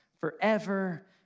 forever